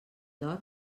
dorm